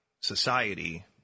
society